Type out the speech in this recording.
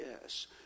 yes